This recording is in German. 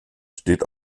steht